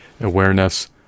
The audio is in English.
awareness